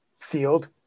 field